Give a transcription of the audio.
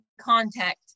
contact